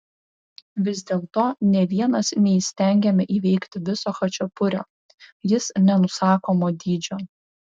vis dėlto nė vienas neįstengiame įveikti viso chačapurio jis nenusakomo dydžio